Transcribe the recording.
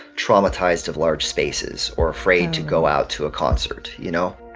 traumatized of large spaces or afraid to go out to a concert, you know?